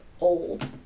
old